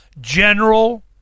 general